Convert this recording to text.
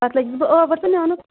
پَتہٕ لٔجِس بہٕ آوُر تہٕ مےٚ آو نہٕ